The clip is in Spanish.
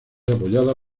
apoyada